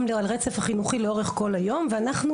גם על רצף החינוכי לאורך כל היום ואנחנו